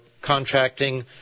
contracting